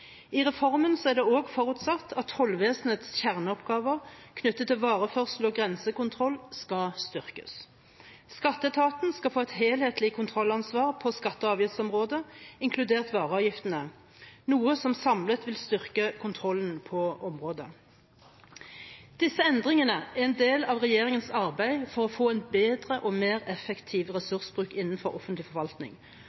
I reformen er det også forutsatt at tollvesenets kjerneoppgaver knyttet til vareførsel og grensekontroll skal styrkes. Skatteetaten skal få et helhetlig kontrollansvar på skatte- og avgiftsområdet, inkludert vareavgiftene, noe som samlet vil styrke kontrollen på området. Disse endringene er en del av regjeringens arbeid for å få en bedre og mer effektiv ressursbruk innenfor offentlig forvaltning,